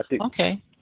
Okay